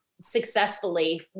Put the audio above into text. successfully